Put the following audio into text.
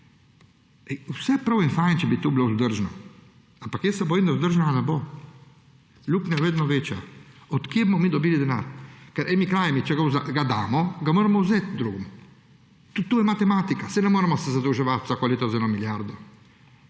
Vse prav in fino, če bi to bilo vzdržno, ampak se bojim, da vzdržno ne bo. Luknja je vedno večja. Od kje bomo mi dobili denar? Ker če ga damo, ga moramo vzeti drugemu. Tudi to je matematika, saj ne moremo se zadolževati vsako leto za eno milijardo